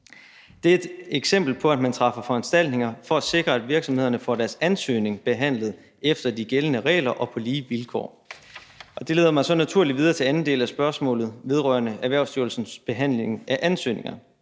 Det er et eksempel på, at man træffer foranstaltninger for at sikre, at virksomhederne får deres ansøgning behandlet efter de gældende regler og på lige vilkår. Og det leder mig så naturligt videre til anden del af spørgsmålet vedrørende Erhvervsstyrelsens behandling af ansøgninger.